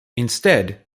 instead